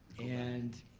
and